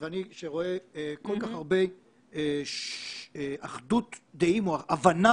כשאני רואה כל כך הרבה אחדות דעים או הבנה